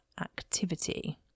activity